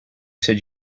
said